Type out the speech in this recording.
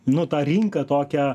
nu tą rinką tokią